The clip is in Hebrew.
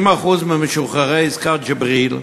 50% ממשוחררי עסקת ג'יבריל,